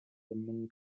among